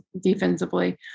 defensively